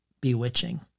bewitching